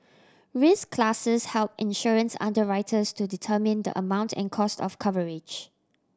risk classes help insurance underwriters to determine the amount and cost of coverage